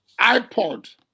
iPod